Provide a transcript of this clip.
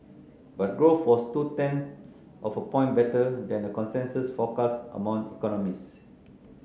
but growth was two tenths of a point better than a consensus forecast among economists